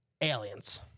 Aliens